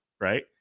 Right